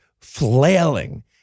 flailing